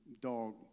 dog